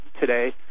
today